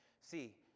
See